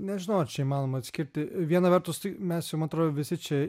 nežinau ar čia įmanoma atskirti viena vertus tai mes jau man atrodo visi čia